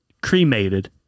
cremated